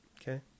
Okay